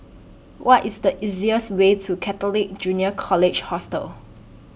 What IS The easiest Way to Catholic Junior College Hostel